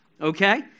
Okay